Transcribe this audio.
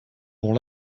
mon